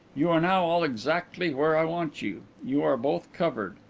you are now all exactly where i want you. you are both covered.